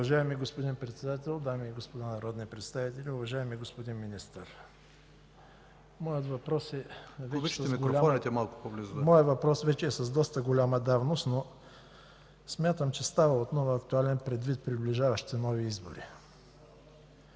Уважаеми господин Председател, дами и господа народни представители! Уважаеми господин Министър, моят въпрос вече е с доста голяма давност, но смятам, че става отново актуален, предвид приближаващите нови избори.